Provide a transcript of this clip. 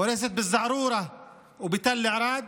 הורסת בא-זערורה ובתל ערד,